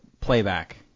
playback